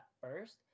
first